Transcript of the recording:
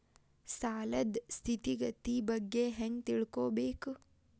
ಸಾಲದ್ ಸ್ಥಿತಿಗತಿ ಬಗ್ಗೆ ಹೆಂಗ್ ತಿಳ್ಕೊಬೇಕು?